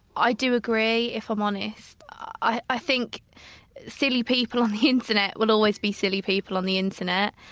i do agree, if i'm honest. i think silly people on the internet will always be silly people on the internet.